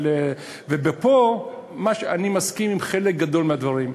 ופה אני מסכים לחלק גדול מהדברים,